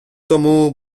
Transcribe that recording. тому